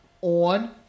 on